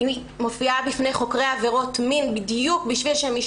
היא מופיעה בפני חוקרי עבירות מין בדיוק בשביל שהם